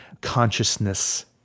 consciousness